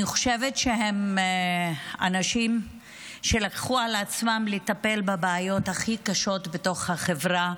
אני חושבת שהם אנשים שלקחו על עצמם לטפל בבעיות הכי קשות בתוך החברה